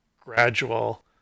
gradual